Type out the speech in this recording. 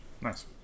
nice